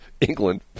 England